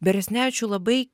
beresnevičiui labai